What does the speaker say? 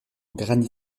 granit